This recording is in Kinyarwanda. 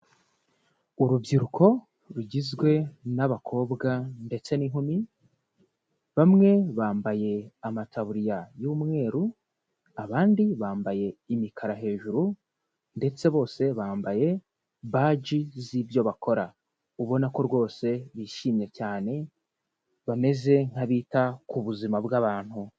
Urubyiruko rugizwe n'abakobwa ndetse n'inkumi, bamwe bambaye amataburiya y'umweru, abandi bambaye imikara hejuru ndetse bose bambaye baji z'ibyo bakora. Ubona ko rwose bishimye cyane, bameze nk'abita ku buzima bw'abantu.